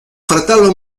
fratello